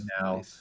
now